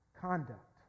conduct